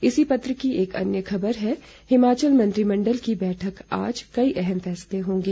इसी पत्र की एक अन्य खबर है हिमाचल मंत्रिमंडल की बैठक आज कई अहम फैसले होंगे